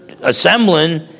assembling